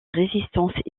résistance